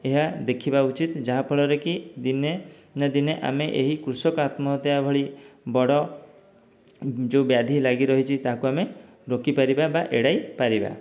ଏହା ଦେଖିବା ଉଚିତ୍ ଯାହାଫଳରେ କି ଦିନେ ନା ଦିନେ ଆମେ ଏହି କୃଷକ ଆତ୍ମହତ୍ୟା ଭଳି ବଡ଼ ଯେଉଁ ବ୍ୟାଧି ଲାଗିରହିଛି ତାହାକୁ ଆମେ ରୋକିପରିବା ବା ଏଡ଼ାଇ ପାରିବା